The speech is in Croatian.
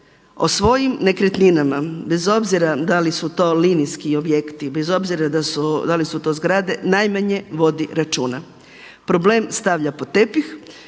o svojim nekretninama bez obzira da li su to linijski objekti, bez obzira da li su to zgrade najmanje vodi računa. Problem stavlja pod tepih